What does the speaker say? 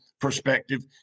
perspective